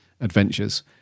Adventures